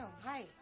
Hi